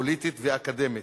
פוליטית ואקדמית,